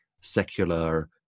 secular